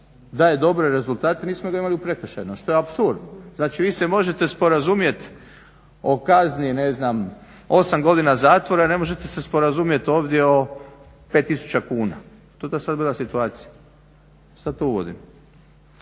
daje dobre rezultate, nismo ga imali u prekršajnom što je apsurd. Znači vi se možete sporazumjeti o kazni 8 godina zatvora, ne možete se sporazumjet ovdje o 5000 kuna, … situacija, sad to uvodimo.